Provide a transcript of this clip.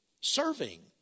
serving